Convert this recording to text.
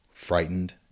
frightened